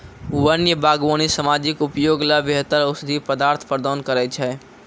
वन्य बागबानी सामाजिक उपयोग ल बेहतर औषधीय पदार्थ प्रदान करै छै